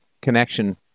connection